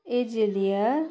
azalea